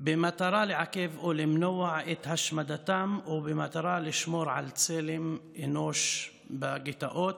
במטרה לעכב או למנוע את השמדתם או במטרה לשמור על צלם אנוש בגטאות,